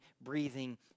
breathing